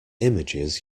images